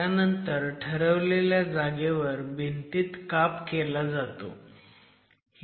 त्यानंतर ठरवलेल्या जागेवर भिंतीत काप केला जातो